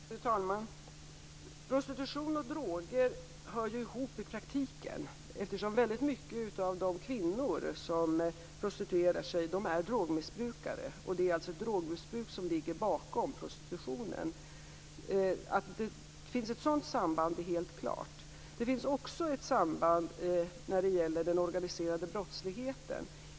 Fru talman! Prostitution och droger hör ihop i praktiken, eftersom väldigt många av de kvinnor som prostituerar sig är drogmissbrukare. Det är alltså drogmissbruk som ligger bakom prostitutionen. Att det finns ett sådant samband är helt klart. Det finns också ett samband när det gäller den organiserade brottsligheten.